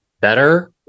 better